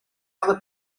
other